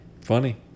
Funny